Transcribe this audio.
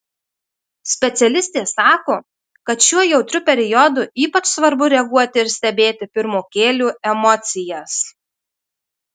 specialistė sako kad šiuo jautriu periodu ypač svarbu reaguoti ir stebėti pirmokėlių emocijas